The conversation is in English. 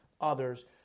others